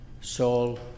soul